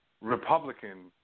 Republican